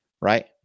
right